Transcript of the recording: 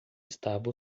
estava